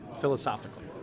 Philosophically